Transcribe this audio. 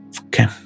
okay